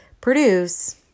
produce